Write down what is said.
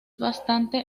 bastante